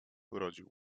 urodził